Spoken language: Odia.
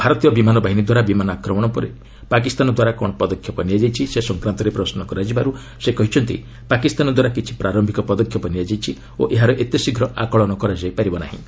ଭାରତୀୟ ବିମାନ ବାହିନୀଦ୍ୱାରା ବିମାନ ଆକ୍ରମଣ ପରେ ପାକିସ୍ତାନଦ୍ୱାରା କ'ଣ ପଦକ୍ଷେପ ନିଆଯାଇଛି ସେ ସଂକ୍ରାନ୍ତରେ ପ୍ରଶ୍ନ କରାଯିବାରୁ ସେ କହିଛନ୍ତି ପାକିସ୍ତାନଦ୍ୱାରା କିଛି ପ୍ରାରମ୍ଭିକ ପଦକ୍ଷେପ ନିଆଯାଇଛି ଓ ଏହାର ଏତେଶୀଘ୍ର ଆକଳନ କରାଯାଇପାରିବ ନାହିଁ